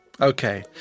Okay